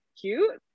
cute